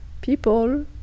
people